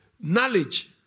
knowledge